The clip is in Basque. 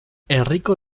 herriko